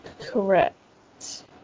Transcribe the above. Correct